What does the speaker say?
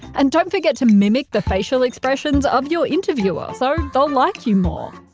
and don't forget to mimic the facial expressions of your interviewer so they'll like you more.